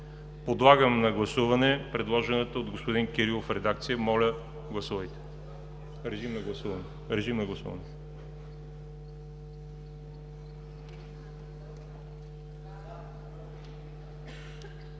Подлагам на гласуване предложената от господин Кирилов редакция. Режим на гласуване.